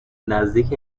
نزدیک